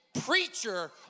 preacher